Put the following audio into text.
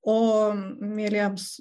o mieliems